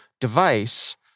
device